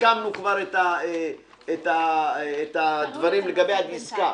סיכמנו כבר את הדברים לגבי הדסקה.